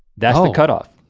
that's the cut off.